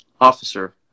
officer